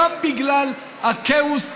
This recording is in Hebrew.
גם בגלל הכאוס,